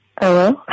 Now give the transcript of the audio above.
Hello